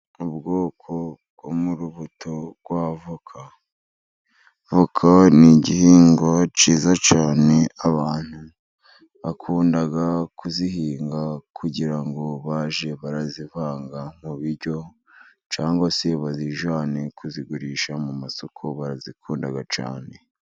Ubwoko bwo murubuto rw'avoka, avoko ni igihingwa cyiza cyane abantu bakunda kuzihinga, kugira ngo bajye barazivanga mu biryo cyangwa se bazijyane kuzigurisha, mu masoko barazikunda cyane.